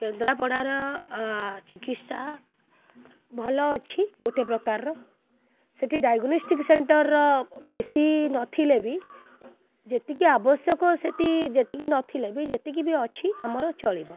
କେନ୍ଦ୍ରାପଡ଼ାର ଚିକିତ୍ସା ଭଲ ଅଛି ଗୋଟେ ପ୍ରକାରର ସେଠି ଡାଇଗ୍ନୋଷ୍ଟିକ୍ ସେଣ୍ଟର୍ର ବେଶୀ ନଥିଲେ ବି ଯେତିକି ଆବଶ୍ୟକ ସେଠି ଯେତିକି ନଥିଲେ ବି ଯେତିକି ବି ଅଛି ଆମର ଚଳିବ